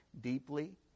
deeply